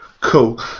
Cool